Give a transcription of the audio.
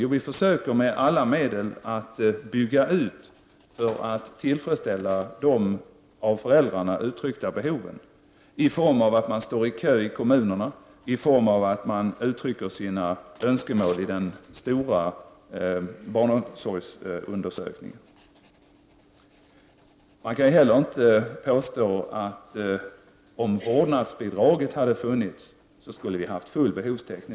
Jo, vi försöker med alla medel att bygga ut barnomsorgen för att tillfredsställa de av föräldrarna uttryckta behoven i form av att man står i kö i kommunerna och att man uttrycker sina önskemål i en stor barnomsorgsundersökning. Det kan inte heller påstås att om vårdnadsbidraget hade funnits, skulle vi ha haft full behovstäckning.